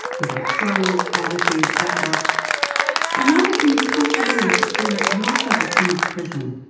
the right clothes, attitude, outlook and while it can be comfortable and secure it can also become a prison.